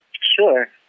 Sure